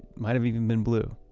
might have even been blue